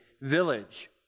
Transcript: village